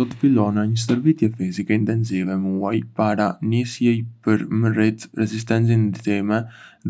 Do të fillonja një stërvitje fizike intensive muaj para nisjes për me rritë rezistencën time